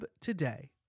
today